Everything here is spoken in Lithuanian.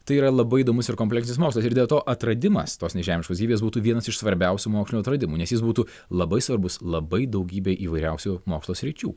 tai yra labai įdomus ir kompleksinis mokslas ir dėl to atradimas tos nežemiškos gyvybės būtų vienas iš svarbiausių mokslinių atradimų nes jis būtų labai svarbus labai daugybei įvairiausių mokslo sričių